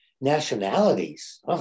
Nationalities